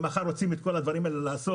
ומחר רוצים לעשות את כל הדברים האלה,